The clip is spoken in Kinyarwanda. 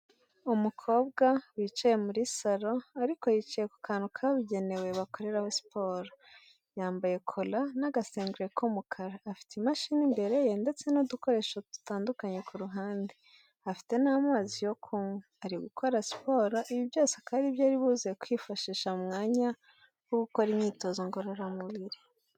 Umukobwa wicaye muri salon ariko yicaye ku kantu kabugenewe bakorera we siporo yambaye cola n'agasengeri k'umukara afite imashini imbere ye ndetse n'udukoresho dutandukanye ku ruhande afite n'amazi yo kunywa ari gukora siporo ibi byose akababyobuze kwifashisha mu mwanya wo gukora imyitozo ngororamubiri.